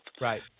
Right